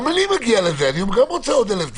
גם אני מגיע לזה וגם אני רוצה עוד אלף דברים.